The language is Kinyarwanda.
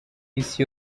isi